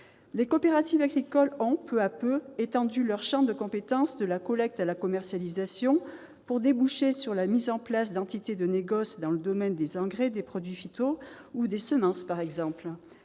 les coopératives agricoles ont étendu leur champ de compétences, de la collecte à la commercialisation, pour déboucher sur la mise en place d'entités de négoce dans le domaine des engrais, des produits « phytos » ou des semences, par exemple.